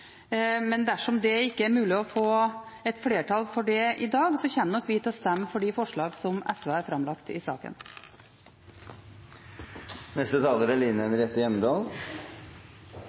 men dersom det ikke er mulig å få flertall for det i dag, kommer vi nok til å stemme for forslagene SV har framlagt i